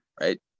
Right